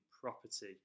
property